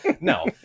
no